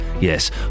Yes